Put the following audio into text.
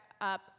up